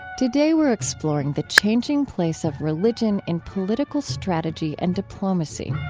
today, we're exploring the changing place of religion in political strategy and diplomacy.